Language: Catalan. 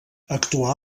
actuà